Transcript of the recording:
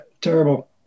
terrible